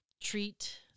treat